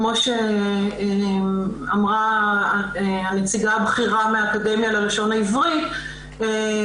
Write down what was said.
כמו שאמרה הנציגה הבכירה מהאקדמיה ללשון העברית,